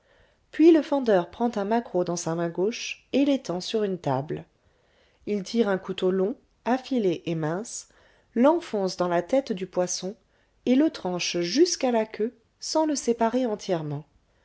puis le fendeur prend un maquereau dans sa main gauche et l'étend sur une table il tire un couteau long affilé et mince l'enfonce dans la tête du poisson et le tranche jusqu'à la queue sans le séparer entièrement